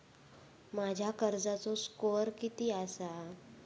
माझ्या कर्जाचो स्कोअर किती आसा?